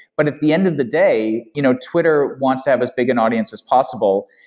but at the end of the day, you know twitter wants to have as big an audience as possible.